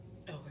Okay